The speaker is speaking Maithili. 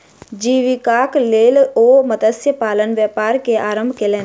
जीवीकाक लेल ओ मत्स्य पालनक व्यापार के आरम्भ केलैन